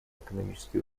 экономические